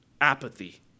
apathy